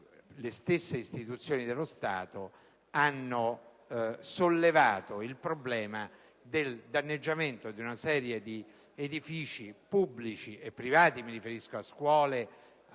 le stesse istituzioni dello Stato hanno sollevato il problema del danneggiamento di una serie di edifici pubblici e privati - mi riferisco tra